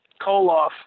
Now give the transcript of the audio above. Koloff